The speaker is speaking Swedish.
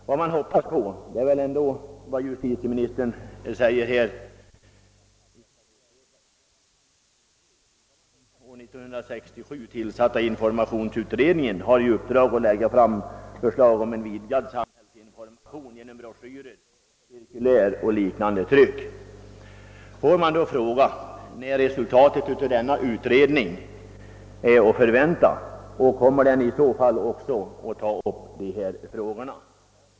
Justitieministern säger i slutet av svaret att »den år 1967 tillsatta informationsutredningen har i uppdrag att lägga fram förslag om vidgad samhällsinformation genom broschyrer, cirkulär och liknande tryck«. Får jag då fråga när resultatet av denna utredning är att förvänta och om också dessa problem kommer att tas upp i det sammanhanget.